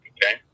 Okay